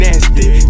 Nasty